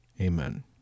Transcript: Amen